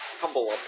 humble